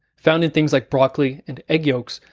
found in things like broccoli and egg yolks,